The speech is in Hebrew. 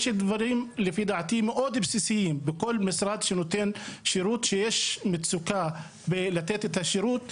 יש דברים מאוד בסיסיים בכל משרד שנותן שירות כשיש מצוקה לתת את השירות,